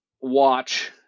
watch